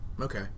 Okay